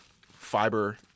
fiber